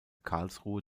karlsruhe